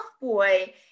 boy